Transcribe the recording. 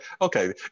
Okay